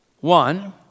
one